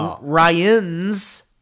Ryan's